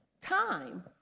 Time